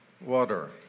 Water